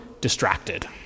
distracted